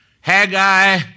Haggai